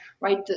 right